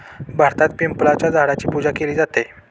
भारतात पिंपळाच्या झाडाची पूजा केली जाते